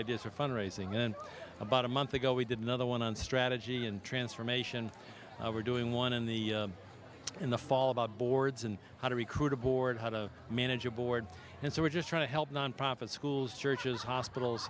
ideas for fundraising and about a month ago we did another on on strategy and transformation over doing one in the in the fall about boards and how to recruit a board how to manage a board and so we're just trying to help nonprofit schools churches hospitals